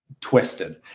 twisted